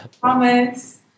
promise